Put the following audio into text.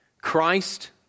Christ